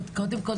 קודם כל,